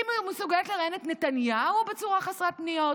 היא מסוגלת לראיין את נתניהו בצורה חסרת פניות?